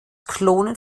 klonen